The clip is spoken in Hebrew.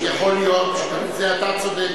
יכול להיות שבזה אתה צודק.